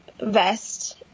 vest